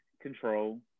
control